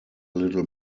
little